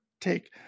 take